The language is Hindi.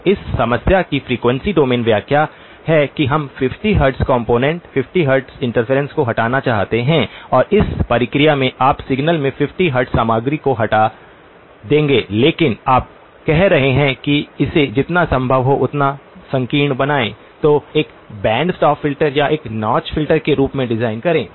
तो इस समस्या की फ्रीक्वेंसी डोमेन व्याख्या है कि हम 50 हर्ट्ज कॉम्पोनेन्ट 50 हर्ट्ज इंटरफेरेंस को हटाना चाहते हैं और इस प्रक्रिया में आप सिग्नल में 50 हर्ट्ज सामग्री को हटा देंगे लेकिन आप कह रहे हैं कि इसे जितना संभव हो उतना संकीर्ण बनाएं तो एक बैंड स्टॉप फिल्टर या एक नौच फिल्टर के रूप में डिजाइन करें